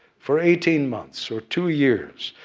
for eighteen months or two years,